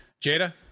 Jada